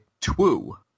two